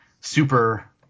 super